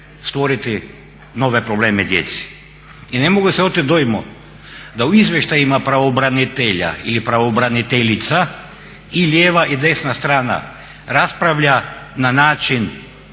stvoriti nove probleme djeci. I ne mogu se otet dojmu da u izvještajima pravobranitelja ili pravobraniteljica i lijeva i desna strana raspravlja na način